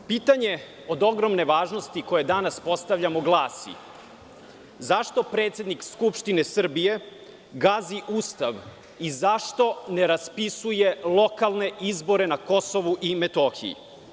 Pitanje od ogromne važnosti koje danas postavljamo glasi – zašto predsednik Skupštine Srbije gazi Ustav i zašto ne raspisuje lokalne izbore na Kosovu i Metohiji?